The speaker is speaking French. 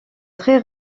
très